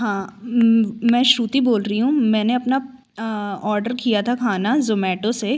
हाँ मैं श्रुति बोल रही हूँ मैंने अपना ऑडर किया था खाना ज़ोमैटो से